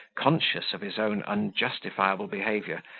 conscious of his own unjustifiable behaviour,